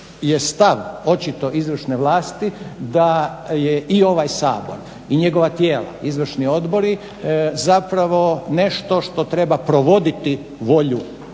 je stav očito izvršne vlasti da je i ovaj Sabor i njegova tijela, izvršni odbori zapravo nešto što treba provoditi volju